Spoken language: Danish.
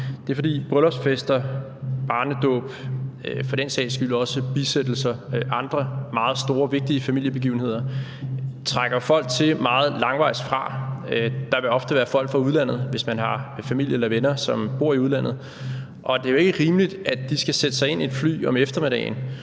er, at bryllupsfester, barnedåb og for den sags skyld også bisættelser og andre meget store og vigtige familiebegivenheder trækker folk til langvejs fra. Der vil ofte være folk fra udlandet, hvis man har familie eller venner, som bor i udlandet, og det er jo ikke rimeligt, at de skal sætte sig ind i et fly om eftermiddagen